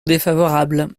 défavorable